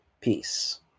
Peace